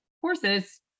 horses